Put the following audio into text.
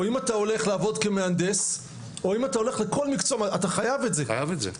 או אם אתה הולך לעבוד כמהנדס אתה חייב את זה,